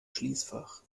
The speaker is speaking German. schließfach